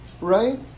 Right